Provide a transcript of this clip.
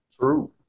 True